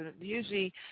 usually